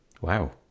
Wow